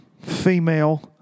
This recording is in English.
female